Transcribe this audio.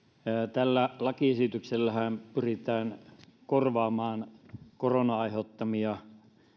tällä lakiesityksellähän pyritään korvaamaan koronan aiheuttamia